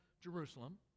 Jerusalem